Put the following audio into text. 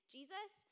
Jesus